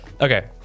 Okay